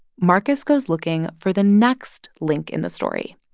markus goes looking for the next link in the story.